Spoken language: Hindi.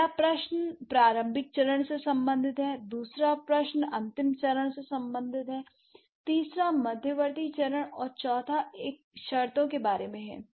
पहला प्रश्न प्रारंभिक चरण से संबंधित है दूसरा प्रश्न अंतिम चरण से संबंधित है तीसरा मध्यवर्ती चरण और चौथा एक शर्तों के बारे में है